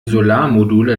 solarmodule